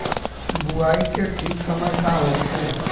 बुआई के ठीक समय का होखे?